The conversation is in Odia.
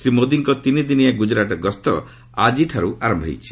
ଶ୍ରୀ ମୋଦିଙ୍କ ତିନିଦିନିଆ ଗୁଜରାଟ ଗସ୍ତ ଆଜିଠାର୍ତ ଆରମ୍ଭ ହୋଇଛି